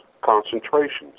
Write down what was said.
concentrations